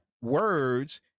words